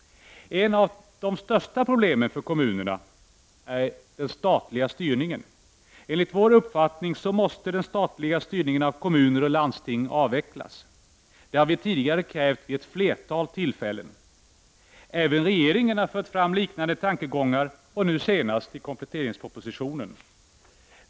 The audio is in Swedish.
Ett av de största problemen för kommunerna är den statliga styrningen. Enligt vår uppfattning måste den statliga styrningen av kommuner och landsting avvecklas. Det har vi tidigare krävt vid ett flertal tillfällen. Även regeringen har fört fram liknande tankegångar, nu senast i kompletteringspropositionen.